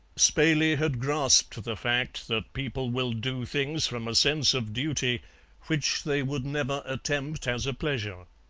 spayley had grasped the fact that people will do things from a sense of duty which they would never attempt as a pleasure.